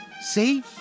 See